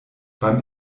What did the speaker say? beim